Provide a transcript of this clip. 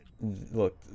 look